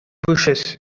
bushes